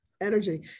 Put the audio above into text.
Energy